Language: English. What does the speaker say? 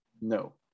No